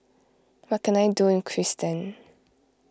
what can I do in Kyrgyzstan